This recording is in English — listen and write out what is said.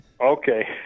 Okay